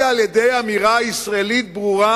היא אמירה ישראלית ברורה,